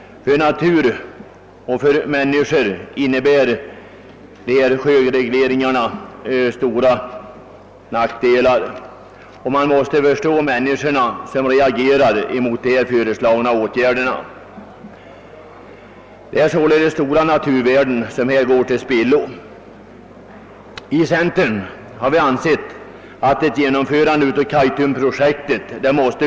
För naturen och människorna innebär sjöregleringarna stora nackdelar, och man måste förstå att människorna reagerar mot de föreslagna åtgärderna. Det är således stora naturvärden som här går till spillo. I centern har vi ansett att ett genomförande av Kaitumprojektet bör undvikas.